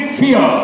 fear